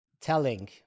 telling